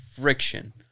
friction